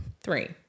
Three